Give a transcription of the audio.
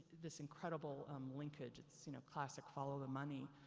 this incredible um linkage, it's you know classic follow the money.